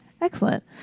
Excellent